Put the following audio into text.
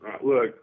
Look